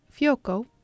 Fiocco